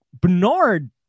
Bernard